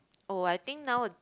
oh I think now